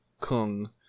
Kung